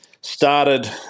started